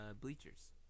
bleachers